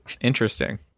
Interesting